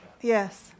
Yes